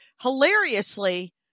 hilariously